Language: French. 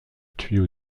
tuyau